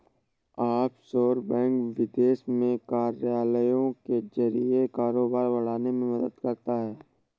offshore bank विदेश में कार्यालयों के जरिए कारोबार बढ़ाने में मदद करता है